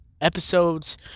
episodes